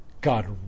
God